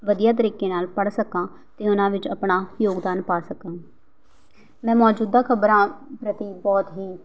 ਵਧੀਆ ਤਰੀਕੇ ਨਾਲ ਪੜ੍ਹ ਸਕਾਂ ਅਤੇ ਉਹਨਾਂ ਵਿੱਚ ਆਪਣਾ ਯੋਗਦਾਨ ਪਾ ਸਕਾਂ ਮੈਂ ਮੌਜੂਦਾ ਖ਼ਬਰਾਂ ਪ੍ਰਤੀ ਬਹੁਤ ਹੀ